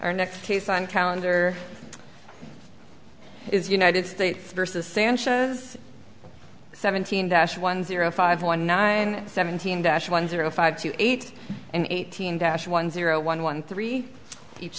our next case on calendar is united states versus sanchez seventeen dash one zero five one nine seventeen dash one zero five two eight and eighteen dash one zero one one three each